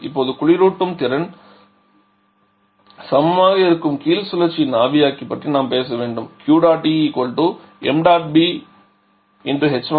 இப்போது குளிரூட்டும் திறன் சமமாக இருக்கும் கீழ் சுழற்சியின் ஆவியாக்கி பற்றி நாம் பேச வேண்டும் Q dot E ṁB h1 - h4 7